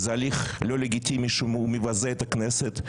זה הליך לא לגיטימי שהוא מבזה את הכנסת,